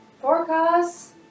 Forecast